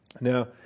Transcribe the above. Now